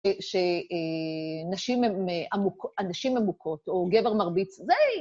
שנשים המוכות, או גבר מרביץ, זה...